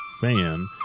fan